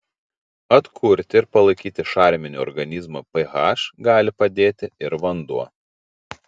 atkurti ir palaikyti šarminį organizmo ph gali padėti ir vanduo